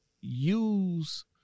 use